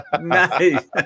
Nice